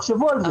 תחשבו על זה.